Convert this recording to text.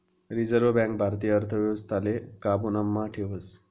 reserve bank भारतीय अर्थव्यवस्थाले काबू मा ठेवस